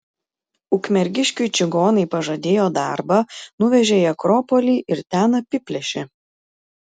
ukmergiškiui čigonai pažadėjo darbą nuvežė į akropolį ir ten apiplėšė